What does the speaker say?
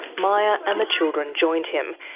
maya and the children joined him,